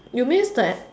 you mean that